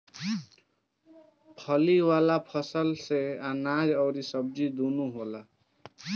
फली वाला फसल से अनाज अउरी सब्जी दूनो होला